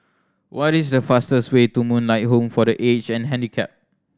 what is the fastest way to Moonlight Home for The Aged and Handicapped